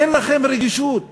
אין לכם רגישות